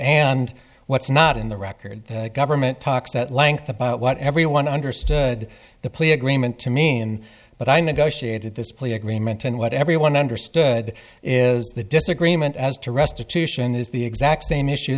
and what's not in the record the government talks at length about what everyone understood the plea agreement to mean but i negotiated this plea agreement and what everyone understood is the disagreement as to restitution is the exact same issue